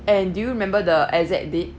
and do you remember the exact date